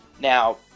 now